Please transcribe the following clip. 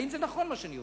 האם נכון מה שאני אומר?